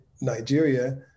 Nigeria